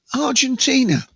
Argentina